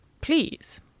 Please